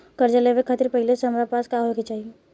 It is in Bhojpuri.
कर्जा लेवे खातिर पहिले से हमरा पास का होए के चाही?